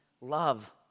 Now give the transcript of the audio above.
Love